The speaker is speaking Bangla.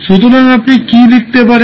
সুতরাং আপনি কি লিখতে পারেন